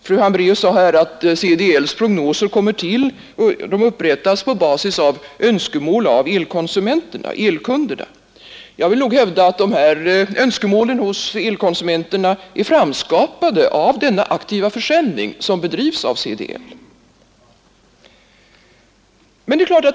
Fru Hambraeus sade att CDL:s prognoser upprättas på basis av önskemål från elkunderna; jag vill hävda att elkonsumenternas önskemål är framskapade av denna aktiva försäljning som bedrivs av CDL.